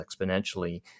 exponentially